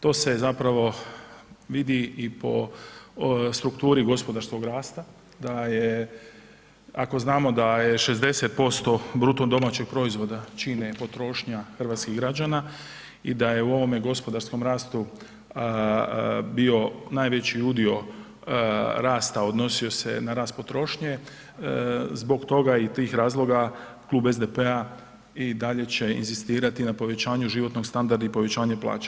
To se zapravo vidi i po strukturi gospodarskog rasta da je, ako znamo da je 60% bruto domaćeg proizvoda, čine potrošnja hrvatskih građana i da je u ovome gospodarskom rastu bio najveći udio rasta, odnosio se na rast potrošnje, zbog toga i tih razloga, Klub SDP-a i dalje će inzistirati na povećanju životnog standarda i povećanju plaća.